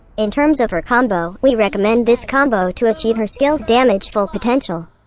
in terms of her combo, we recommend this combo to achieve her skills' damage full potential.